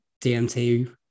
DMT